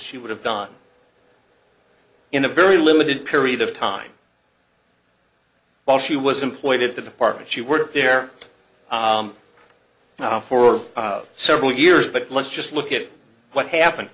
she would have done in a very limited period of time well she was employed at the department she worked there now for several years but let's just look at what happened